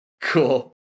Cool